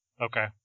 Okay